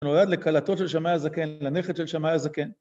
‫אני נורד לכלתו של שמאי הזקן, ‫לנכד של שמאי הזקן.